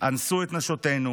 אנסו את נשותינו,